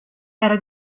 era